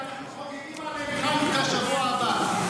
ואנחנו חוגגים עליהם חנוכה שבוע הבא.